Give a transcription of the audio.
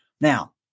Now